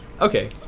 Okay